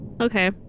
okay